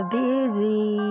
busy